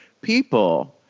people